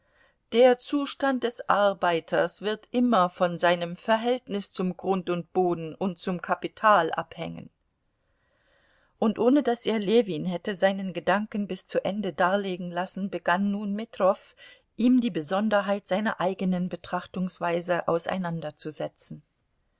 der zustand des arbeiters wird immer von seinem verhältnis zum grund und boden und zum kapital abhängen und ohne daß er ljewin hätte seinen gedanken bis zu ende darlegen lassen begann nun metrow ihm die besonderheit seiner eigenen betrachtungsweise auseinanderzusetzen